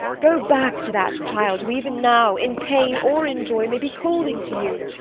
go back to that child who even now, in pain or in joy, may be calling to you.